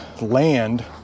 land